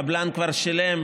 הקבלן כבר שילם.